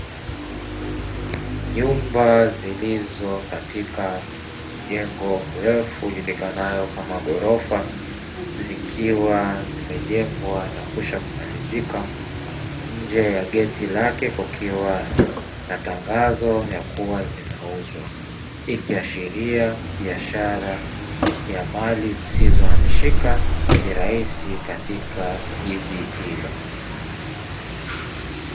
Nyumba zilizo katika jengo refu lijulikanalo kama ghorofa, zikiwa zimejengwa na kuishakumalizika, nje ya geti lake kukiwa na tangazo ya kuwa zinauzwa. Hii ikiashiria biashara ya mali zisizohamishika kirahisi, katika jiji hilo.